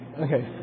Okay